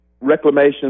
reclamation